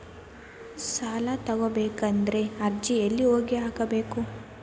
ಸಾಲ ತಗೋಬೇಕಾದ್ರೆ ಅರ್ಜಿ ಎಲ್ಲಿ ಹೋಗಿ ಹಾಕಬೇಕು?